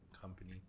company